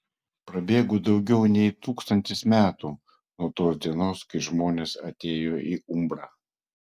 prabėgo daugiau nei tūkstantis metų nuo tos dienos kai žmonės atėjo į umbrą